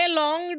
long